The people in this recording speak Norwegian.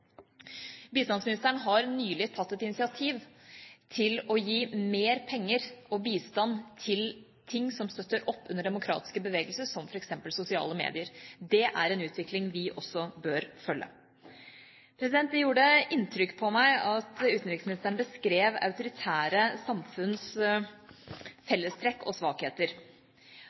Bistandsministeren har nylig tatt et initiativ til å gi mer penger og bistand til ting som støtter opp under demokratiske bevegelser, som f.eks. sosiale medier. Det er en utvikling også vi bør følge. Det gjorde inntrykk på meg at utenriksministeren beskrev autoritære samfunns fellestrekk og svakheter.